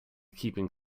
keeping